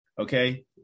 okay